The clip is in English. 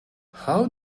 how